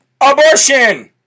Abortion